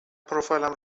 پروفایلم